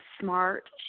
smart